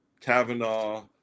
Kavanaugh